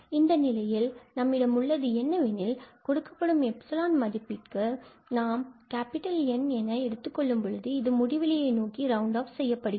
இந்த நிலையில் நம்மிடம் உள்ளது என்னவெனில் கொடுக்கப்படும் 𝜖 மதிப்பீட்டுக்கு நாம் N என்று என எடுத்துக் கொள்ளும் பொழுது இது முடிவிலியை நோக்கி ரவுண்ட் ஆஃப் செய்யப்படுகிறது